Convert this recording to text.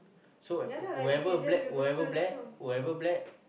so whoever black whoever black whoever black